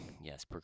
Yes